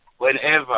Whenever